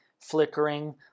flickering